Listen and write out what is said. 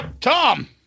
Tom